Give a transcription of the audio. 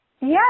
Yes